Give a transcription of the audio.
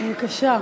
בבקשה.